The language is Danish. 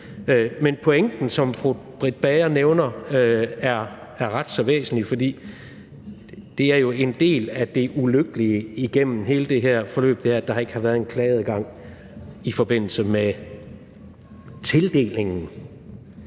den pointe, som fru Britt Bager nævner, er ret så væsentlig. For en del af det ulykkelige igennem hele det her forløb var, at der ikke har været en klageadgang i forbindelse med tildelingen,